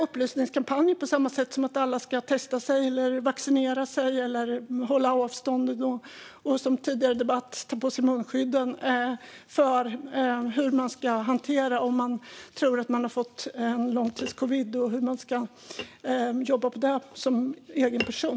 På samma sätt som att alla ska testa sig, vaccinera sig, hålla avstånd och, som togs upp i den tidigare debatten, ta på sig munskydd borde vi kanske ha upplysningskampanjer om hur man ska hantera det om man tror att man har fått långtidscovid och hur man ska jobba med det som enskild person.